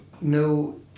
No